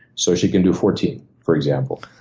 so she can do fourteen, for example.